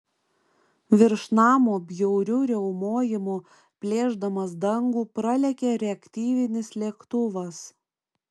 virš namo bjauriu riaumojimu plėšdamas dangų pralėkė reaktyvinis lėktuvas